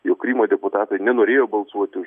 jog krymo deputatai nenorėjo balsuoti už